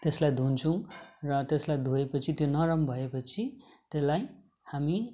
त्यसलाई धुन्छौँ र त्यसलाई धोएपछि त्यो नरम भएपछि त्यसलाई हामी